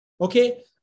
okay